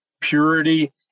purity